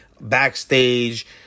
backstage